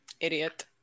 Idiot